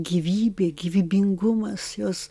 gyvybė gyvybingumas jos